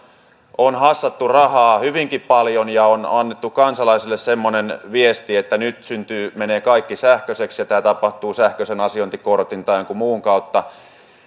on hassattu rahaa hyvinkin paljon ja on annettu kansalaisille semmoinen viesti että nyt menee kaikki sähköiseksi ja tämä tapahtuu sähköisen asiointikortin tai jonkun muun kautta